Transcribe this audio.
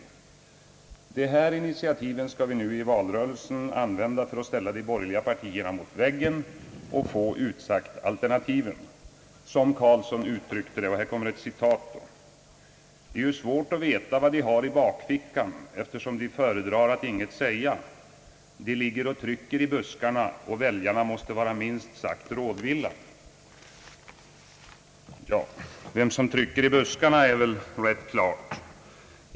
I tidningen står följande: »De här initiativen ska nu i valkampen användas för att ställa de borgerliga partierna mot väggen och få utsagt alternativen.» Vidare står det: »Som Carlsson uttryckte det: ”Det är ju så svårt att veta vad de har i bakfickan eftersom de föredrar att inget säga. De ligger och trycker i buskarna och väljarna måste vara minst sagt rådvilla.» Vilka som trycker i buskarna är väl rätt klart.